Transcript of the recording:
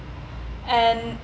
and